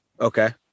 Okay